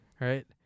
Right